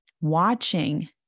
watching